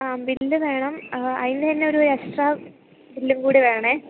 ആ ബില്ല് വേണം അതിൻ്റെതന്നെ ഒരു എക്സ്ട്രാ ബില്ലുംകൂടി വേണേ